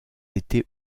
étés